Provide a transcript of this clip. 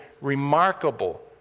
remarkable